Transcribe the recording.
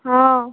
हँ